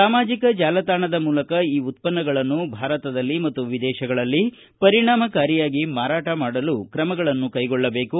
ಸಾಮಾಜಕ ಜಾಲತಾಣದ ಮೂಲಕ ಈ ಉತ್ಪನ್ನಗಳನ್ನು ಭಾರತದಲ್ಲಿ ಮತ್ತು ವಿದೇಶಗಳಲ್ಲಿ ಪರಿಣಾಮಕಾರಿಯಾಗಿ ಮಾರಾಟ ಮಾಡಲು ಕ್ರಮಗಳನ್ನು ಕೈಗೊಳ್ಳಬೇಕು